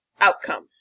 outcome